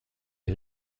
est